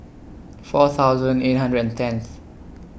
four thousand eight hundred and tenth